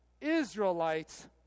Israelites